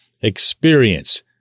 experience